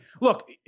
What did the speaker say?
look